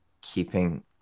keeping